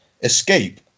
escape